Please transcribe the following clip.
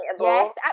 Yes